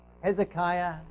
Hezekiah